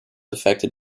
affected